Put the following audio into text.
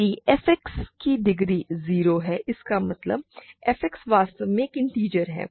यदि f X की degree 0 है इसका मतलब है f X वास्तव में एक इन्टिजर है